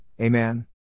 Amen